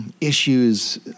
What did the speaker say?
issues